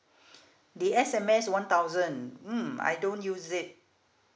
the S_M_S one thousand mm I don't use it